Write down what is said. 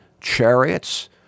chariots